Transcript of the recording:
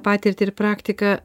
patirtį ir praktiką